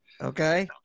Okay